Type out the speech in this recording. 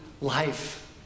life